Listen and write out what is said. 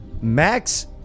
Max